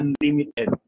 unlimited